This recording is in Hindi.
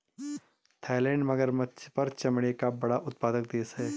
थाईलैंड मगरमच्छ पर चमड़े का बड़ा उत्पादक देश है